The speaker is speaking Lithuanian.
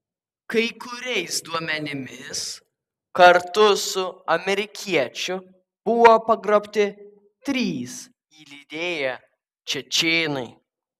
kai kuriais duomenimis kartu su amerikiečiu buvo pagrobti trys jį lydėję čečėnai